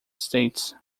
states